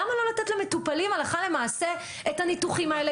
למה לא לתת למטופלים הלכה למעשה את הניתוחים האלה,